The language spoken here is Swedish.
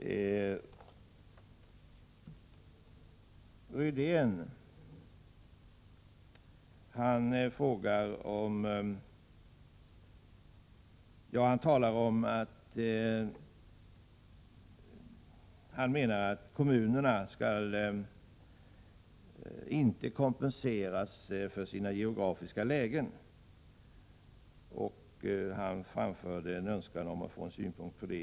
Rune Rydén säger att kommuner inte skall kompenseras för sitt geografiska läge och ville få synpunkter på skälen till att de får det.